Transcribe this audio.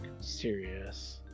serious